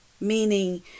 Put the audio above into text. meaning